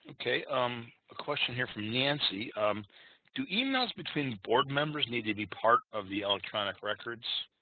okay um a question here from nancy um to emails between board members need to be part of the electronic records